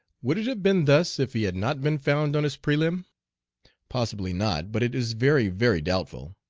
would it have been thus if he had not been found on his prelim possibly not, but it is very, very doubtful.